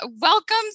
welcome